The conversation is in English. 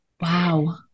Wow